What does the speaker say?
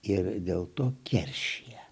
ir dėl to keršija